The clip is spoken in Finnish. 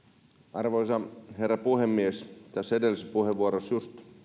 arvoisa herra puhemies tässä edellisessä puheenvuorossa just